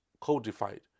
codified